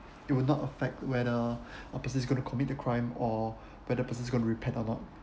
it will not affect whether this person is going to commit the crime or whether the person is going to repent or not